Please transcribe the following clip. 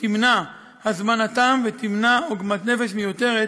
שתמנע את הזמנתם ותימנע עוגמת נפש מיותרת